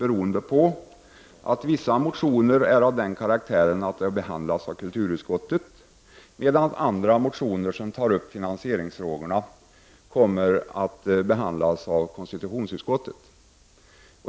Det beror på att vissa motioner har den karaktären att de behandlas av kulturutskottet, medan andra motioner, i vilka man tar upp finansieringsfrågorna, kommer att behandlas av konstitutionsutskottet.